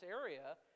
area